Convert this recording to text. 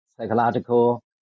psychological